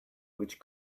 which